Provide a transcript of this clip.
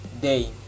day